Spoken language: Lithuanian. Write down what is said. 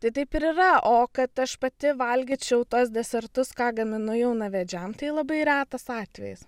tai taip ir yra o kad aš pati valgyčiau tuos desertus ką gaminu jaunavedžiam tai labai retas atvejis